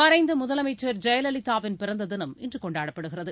மறைந்த முதலமைச்சர் ஜெயலலிதாவின் பிறந்த தினம் இன்று கொண்டாடப்படுகிறது